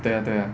对呀对呀